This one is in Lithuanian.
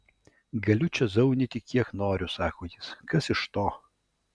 galiu aš čia zaunyti kiek noriu sako jis kas iš to